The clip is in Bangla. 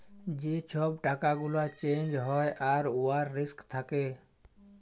যে ছব টাকা গুলা চ্যাঞ্জ হ্যয় আর উয়ার রিস্ক থ্যাকে